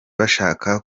bashaka